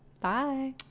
Bye